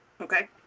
okay